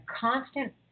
constant